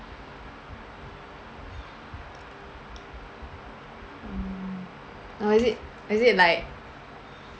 mm or is it is it like